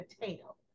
potato